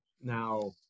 Now